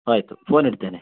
ಆಯಿತು ಫೋನ್ ಇಡ್ತೇನೆ